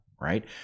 right